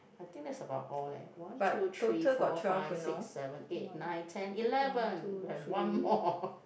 I think that's about all leh one two three four five six seven eight nine ten eleven we have one more